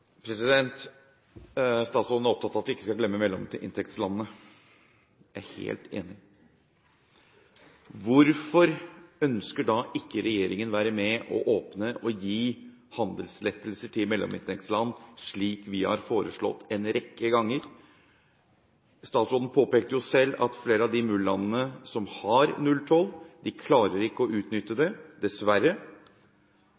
Statsråden er opptatt av at vi ikke skal glemme mellominntektslandene. Jeg er helt enig. Hvorfor ønsker da ikke regjeringen å være med og åpne for å gi handelslettelser til mellominntektsland, slik vi har foreslått en rekke ganger? Statsråden påpekte selv at flere av de MUL-landene som har nulltoll, ikke klarer å utnytte